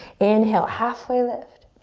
inhale, halfway lift.